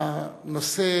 בנושא